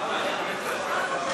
יותר מזל